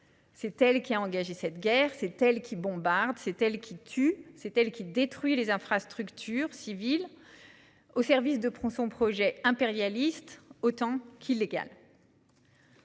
C'est elle qui a engagé cette guerre, c'est elle qui bombarde, c'est elle qui tue, c'est elle qui détruit les infrastructures civiles, au service d'un projet aussi impérialiste qu'illégal.